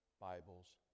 Bibles